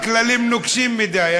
הכללים נוקשים מדי.